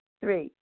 Three